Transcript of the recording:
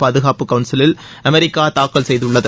பாதுகாப்பு கவுன்சிலில் அமெரிக்கா தாக்கல் செய்துள்ளது